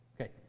Okay